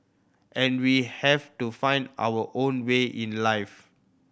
and we have to find our own way in life